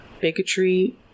bigotry